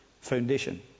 foundation